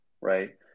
right